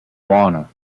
warner